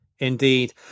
Indeed